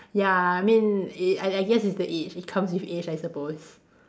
ya I mean i~ I guess it's the age it comes with aged I suppose